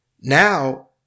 Now